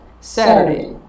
Saturday